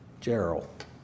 Gerald